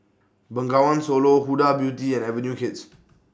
Bengawan Solo Huda Beauty and Avenue Kids